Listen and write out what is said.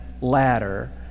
ladder